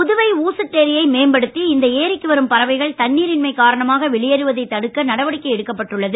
புதுவை ஊசுட்டேரியை மேம்படுத்தி இந்த ஏரிக்கு வரும் பறவைகள் தண்ணீர் இன்மை காரணமாக வெளியேறுவதைத் தடுக்க நடவடிக்கை எடுக்கப்பட்டு உள்ளது